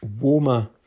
Warmer